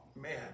man